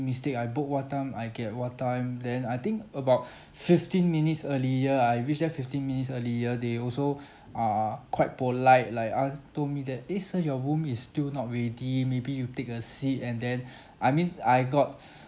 mistake I book what time I get what time then I think about fifteen minutes earlier I reach there fifteen minutes earlier they also are quite polite like ask told me that eh sir your room is still not ready maybe you take a seat and then I mean I got